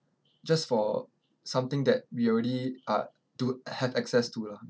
just for something that we already uh do have access to lah